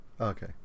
Okay